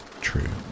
true